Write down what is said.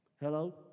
Hello